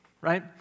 right